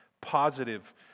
positive